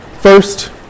First